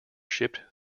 shipped